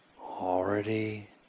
already